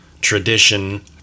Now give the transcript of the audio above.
tradition